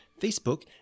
facebook